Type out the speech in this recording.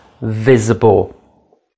visible